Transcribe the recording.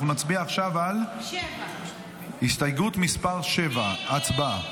נצביע עכשיו על הסתייגות מס' 7. הצבעה.